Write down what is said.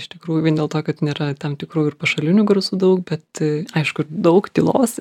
iš tikrųjų vien dėl to kad nėra tam tikrų ir pašalinių garsų daug bet aišku daug tylos